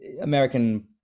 American